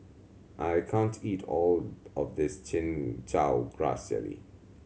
I can't eat all of this Chin Chow Grass Jelly